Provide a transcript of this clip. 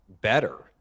better